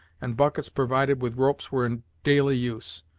and buckets provided with ropes were in daily use,